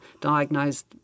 diagnosed